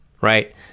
right